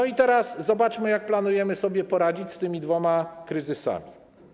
I teraz zobaczmy, jak planujemy sobie poradzić z tymi dwoma kryzysami.